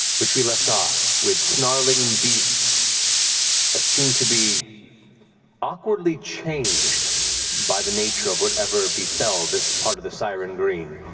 which we left off with snarling beasts that seem to be awkwardly changed by the nature of whatever befell this part of the so cyrengreen.